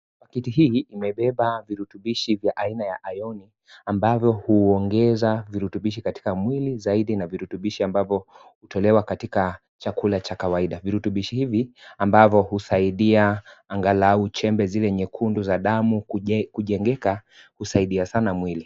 Pakiti hii imebeba virutubishi yva aina ya iron ambavyo huongeza virutubishi katika mwili zaidi na virutubishi ambavyo hutolewa katika chakula cha kawaida. Virutubishi hivi ambavyo husaidia angalau chembe zile nyekundu za damu kujengeka husaidia sana mwili.